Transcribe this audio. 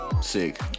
Sick